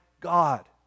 God